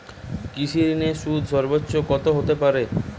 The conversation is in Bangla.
কৃষিঋণের সুদ সর্বোচ্চ কত হতে পারে?